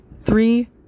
Three